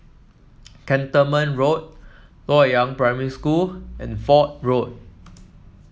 Cantonment Road Loyang Primary School and Fort Road